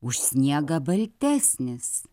už sniegą baltesnis